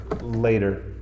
later